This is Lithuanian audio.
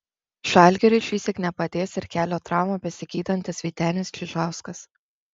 žalgiriui šįsyk nepadės ir kelio traumą besigydantis vytenis čižauskas